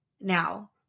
Now